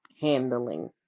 handling